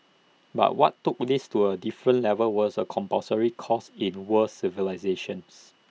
but what took this to A different level was A compulsory course in world civilisations